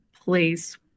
place